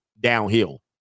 downhill